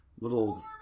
little